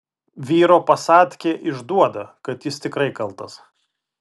vyro pasadkė išduoda kad jis tikrai kaltas